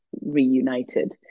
reunited